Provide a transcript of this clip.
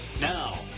Now